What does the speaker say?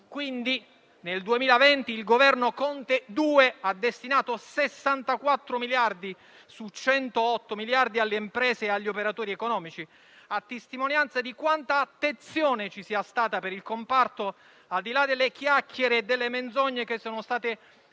Quindi, nel 2020 il Governo Conte II ha destinato 64 miliardi su 108 alle imprese e agli operatori economici, a testimonianza di quanta attenzione ci sia stata per il comparto, al di là delle chiacchiere e delle menzogne propalate a piene